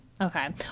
Okay